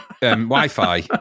Wi-Fi